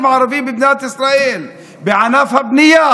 הערבים במדינת ישראל בענף הבנייה,